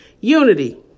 Unity